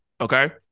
okay